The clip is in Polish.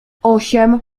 osiem